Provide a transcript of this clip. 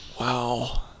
Wow